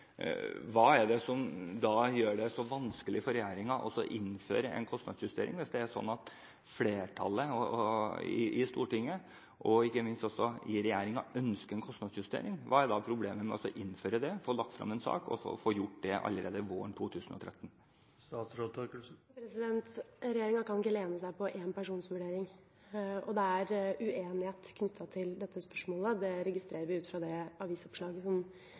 Hva er det som gjør det så vanskelig for regjeringen å innføre en kostnadsjustering, hvis det er slik at flertallet i Stortinget og ikke minst regjeringen ønsker en kostnadsjustering? Hva er problemet med å innføre det, få lagt frem en sak og få gjort det allerede våren 2013? Regjeringa kan ikke lene seg på én persons vurdering. Det er uenighet knyttet til dette spørsmålet. Det registrerer vi ut fra det avisoppslaget